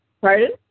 Pardon